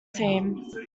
team